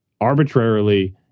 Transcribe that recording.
arbitrarily